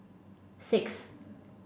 six